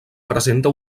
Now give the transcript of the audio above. presenta